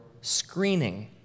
screening